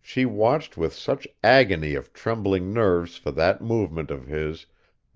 she watched with such agony of trembling nerves for that movement of his